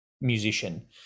musician